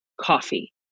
Coffee